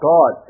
God